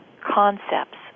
concepts